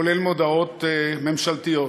כולל מודעות ממשלתיות.